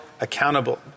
accountable